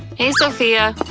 hey sophia.